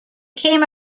came